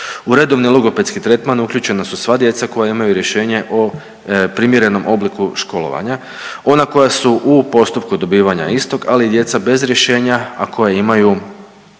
U redovni logopedski tretman uključena su sva djeca koja imaju rješenje o primjerenom obliku školovanja. Ona koja su u postupku dobivanja istog, ali i djeca bez rješenja a koja imaju